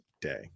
day